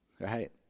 right